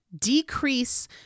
Decrease